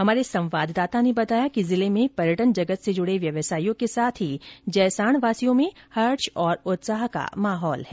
हमारे संवाददाता ने बताया कि जिले में पर्यटन जगत से जुड़े व्यवसायियों के साथ ही जैसाणवासियों में हर्ष और उत्साह का माहौल है